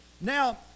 Now